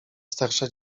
starsza